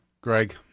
Greg